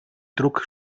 druck